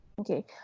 Okay